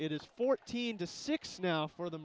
it is fourteen to six now for the